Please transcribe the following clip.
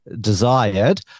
desired